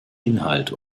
inhalt